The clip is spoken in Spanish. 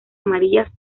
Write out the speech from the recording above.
amarillas